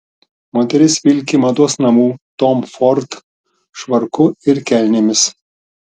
moteris vilki mados namų tom ford švarku ir kelnėmis